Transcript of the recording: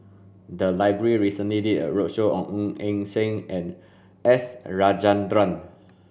the library recently did a roadshow on Ng Yi Sheng and S Rajendran